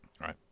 Right